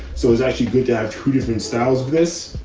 so it's actually good to have two different styles of this.